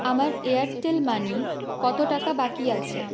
আমার Airtel money কত টাকা বাকি আছে